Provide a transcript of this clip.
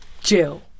jill